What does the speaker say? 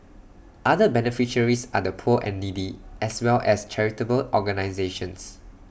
other beneficiaries are the poor and needy as well as charitable organisations